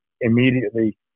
immediately